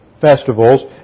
festivals